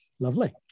Lovely